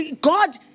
God